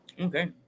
Okay